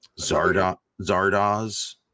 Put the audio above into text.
zardoz